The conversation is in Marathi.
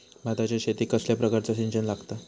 भाताच्या शेतीक कसल्या प्रकारचा सिंचन लागता?